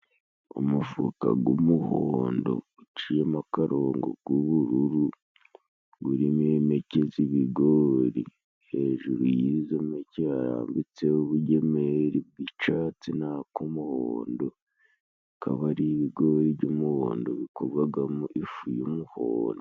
Umufuka g'umuhondo guciyemo akarongo k'ubururu gurimo impeke z'ibigori , hejuru y'izo mpeke harambitseho ubugemeri bw'icatsi n'ak'umuhondo bikaba ari ibigori by'umuhondo bikorwagamo ifu y'umuhodo.